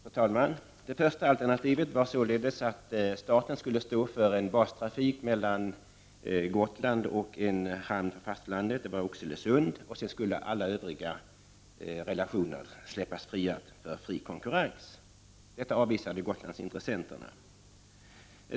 Fru talman! Det första alternativet var således att staten skulle stå för en bastrafik mellan Gotland och en hamn på fastlandet — Oxelösund — och sedan skulle alla övriga relationer släppas fria för konkurrens. Detta avvisade Gotlandsintressenterna.